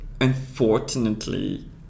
unfortunately